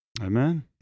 Amen